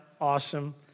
Awesome